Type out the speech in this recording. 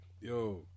Yo